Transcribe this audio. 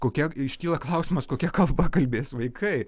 kokia iškyla klausimas kokia kalba kalbės vaikai